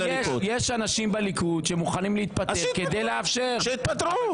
אבל יש בליכוד אנשים שמוכנים להתפטר כדי לאפשר --- אז שיתפטרו.